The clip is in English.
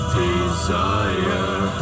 desire